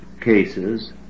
cases